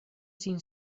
sin